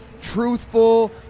truthful